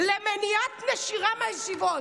למניעת נשירה מהישיבות.